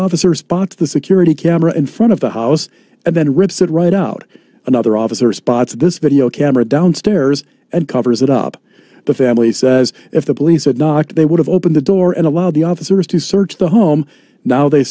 officers bought the security camera in front of the house and then rips it right out another officer spots this video camera downstairs and covers it up the family says if the police had knocked they would have opened the door and allowed the officers to search the home now they